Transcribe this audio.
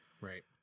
right